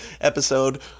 episode